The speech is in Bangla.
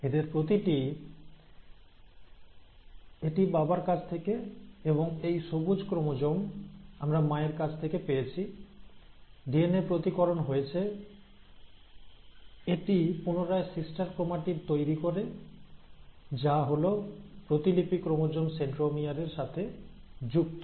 এদের প্রতিটি এটি বাবার কাছ থেকে এবং এই সবুজ ক্রোমোজোম আমরা মায়ের কাছ থেকে পেয়েছি ডিএনএ প্রতিলিপিকরণ হয়েছে এটি পুনরায় সিস্টার ক্রোমাটিড তৈরি করে যা হল প্রতিলিপি ক্রোমোজোম সেন্ট্রোমিয়ার এর সাথে যুক্ত